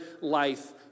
life